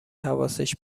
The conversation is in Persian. حواسش